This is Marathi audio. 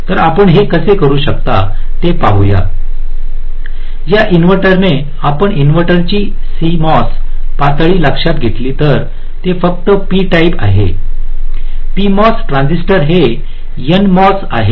तर आपण हे कसे करू शकतो ते पाहू या या इन्व्हर्टरने आपण इन्व्हर्टरची सीएमओएस पातळी लक्षात घेतली तर ते फक्त पी टाईप आहे पीएमओएस ट्रान्झिस्टर हे एनएमओएस आहे